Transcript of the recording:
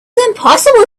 impossible